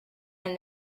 and